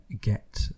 get